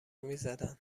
میزدن